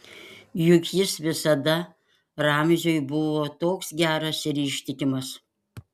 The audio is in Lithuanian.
juk jis visada ramziui buvo toks geras ir ištikimas